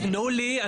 תתנו לי,